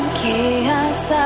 chaos